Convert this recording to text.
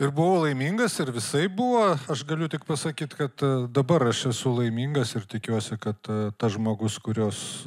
ir buvau laimingas ir visaip buvo aš galiu tik pasakyt kad dabar aš esu laimingas ir tikiuosi kad tas žmogus kuriuos